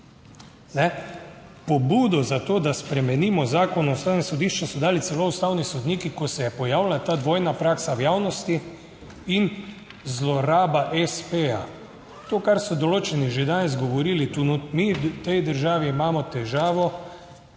Pobudo za to, da spremenimo Zakon o Ustavnem sodišču, so dali celo ustavni sodniki, ko se je pojavila ta dvojna praksa v javnosti in zloraba espeja. To, kar so določeni že danes govorili tu notri. Mi v tej državi imamo težavo,